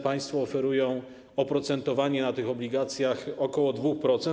Państwo oferują oprocentowanie na tych obligacjach ok. 2%.